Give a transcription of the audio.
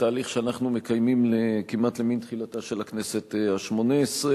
תהליך שאנחנו מקיימים כמעט למִן תחילתה של הכנסת השמונה-עשרה.